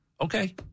Okay